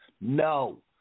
No